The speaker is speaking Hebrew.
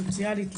סוציאלית.